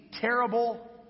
terrible